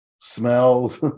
smells